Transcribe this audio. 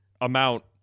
amount